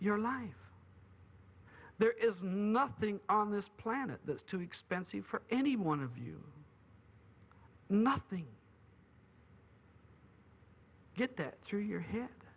your life there is nothing on this planet that's too expensive for any one of you nothing get that through your head